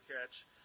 catch